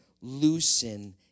loosen